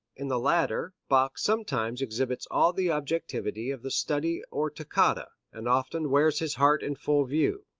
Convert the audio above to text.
in the latter bach sometimes exhibits all the objectivity of the study or toccata, and often wears his heart in full view.